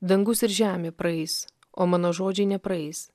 dangus ir žemė praeis o mano žodžiai nepraeis